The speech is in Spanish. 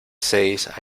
seis